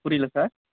புரியல சார்